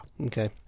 Okay